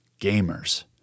gamers